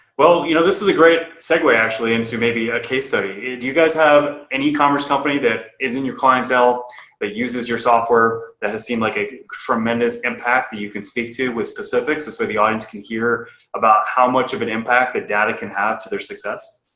well, you know, this is a great segue actually into maybe a case study. do you guys have any e-commerce company that is in your clientele that but uses your software? that has seemed like a tremendous impact that you can speak to with specifics is where the audience can hear about how much of an impact that data can have to their success.